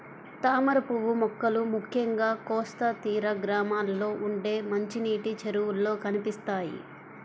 తామరపువ్వు మొక్కలు ముఖ్యంగా కోస్తా తీర గ్రామాల్లో ఉండే మంచినీటి చెరువుల్లో కనిపిస్తాయి